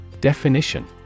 Definition